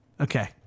Okay